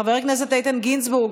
חבר הכנסת איתן גינזבורג,